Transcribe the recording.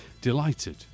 Delighted